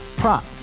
prop